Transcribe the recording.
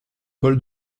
pol